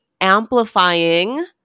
amplifying